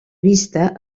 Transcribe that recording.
vista